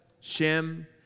Shem